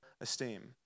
esteem